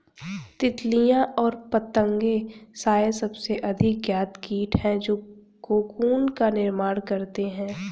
तितलियाँ और पतंगे शायद सबसे अधिक ज्ञात कीट हैं जो कोकून का निर्माण करते हैं